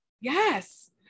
Yes